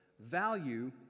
Value